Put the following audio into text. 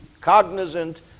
cognizant